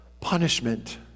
punishment